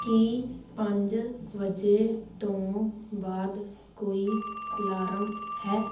ਕੀ ਪੰਜ ਵਜੇ ਤੋਂ ਬਾਅਦ ਕੋਈ ਅਲਾਰਮ ਹੈ